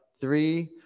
three